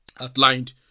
outlined